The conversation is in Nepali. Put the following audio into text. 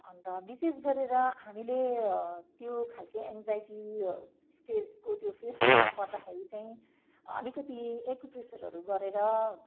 अन्त विशेष गरेर हामीले त्यो खालको एङ्जाइटी स्टेजको त्यो फेस गर्नुपर्दाखेरि चाहिँ अलिकति एकुप्रेसरहरू गरेर